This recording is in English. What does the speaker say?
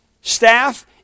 staff